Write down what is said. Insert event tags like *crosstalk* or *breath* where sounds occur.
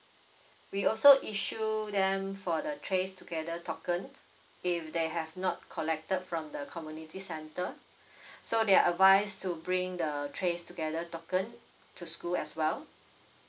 we also issue them for the tracetogether token if they have not collected from the community centre *breath* so they are advise to bring the tracetogether token to school as well